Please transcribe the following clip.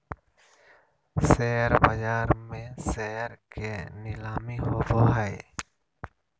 share बाज़ार में share के नीलामी होबो हइ